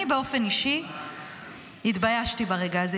אני באופן אישי התביישתי ברגע הזה.